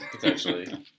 potentially